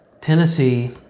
Tennessee